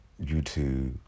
YouTube